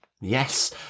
Yes